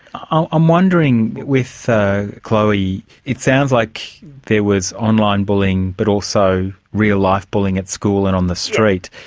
i'm um wondering with chloe, it sounds like there was online bullying but also real-life bullying at school and on the street.